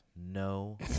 No